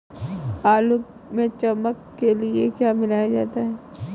आलू में चमक के लिए क्या मिलाया जाता है?